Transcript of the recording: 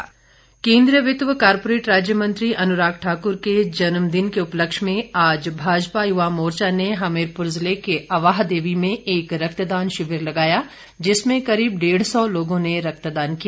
रक्तदान केंद्रीय वित्त व कोरपोरेट राज्य मंत्री अनुराग ठाकुर के जन्मदिन के उपलक्ष्य में आज भाजपा युवा मोर्चा ने हमीरपुर जिले के अवाहदेवी में एक रक्तदान शिविर लगाया जिसमें करीब डेढ़ सौ लोगों ने रक्तदान किया